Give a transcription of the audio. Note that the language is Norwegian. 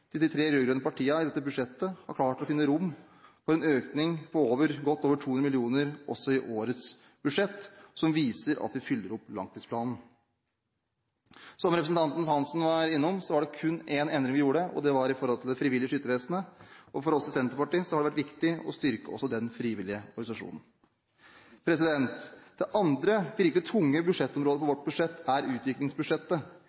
de tre rød-grønne partiene i dette budsjettet har klart å finne rom for en økning på godt over 200 mill. kr også i årets budsjett, som viser at vi fyller opp langtidsplanen. Som representanten Svein Roald Hansen var innom, var det kun én endring vi gjorde, og det var i forhold til Det frivillige Skyttervesen. For oss i Senterpartiet har det vært viktig å styrke også den frivillige organisasjonen. Det andre virkelig tunge budsjettområdet på vårt budsjett er utviklingsbudsjettet. Jeg er glad for